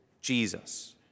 Jesus